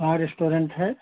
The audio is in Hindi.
हाँ रेस्टोरेंट है